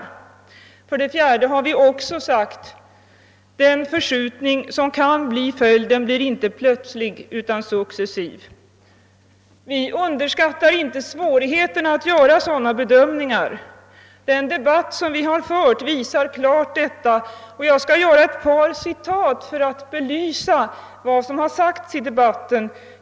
Vi har för det fjärde också sagt, att den förskjutning som kan bli följden inte kan komma plötsligt, utan successivt. Vi underskattar inte svårigheten att göra de bedömningar som krävs. Den debatt som vi har fört visar klart detta, och jag skall läsa upp ett par citat för att belysa vad som har sagts i debatten.